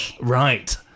Right